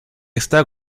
está